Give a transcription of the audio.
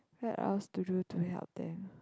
what else do you do to help them